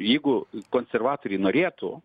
jeigu konservatoriai norėtų